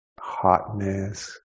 hotness